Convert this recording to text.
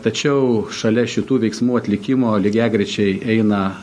tačiau šalia šitų veiksmų atlikimo lygiagrečiai eina